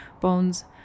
bones